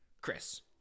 Chris